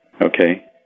Okay